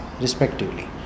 respectively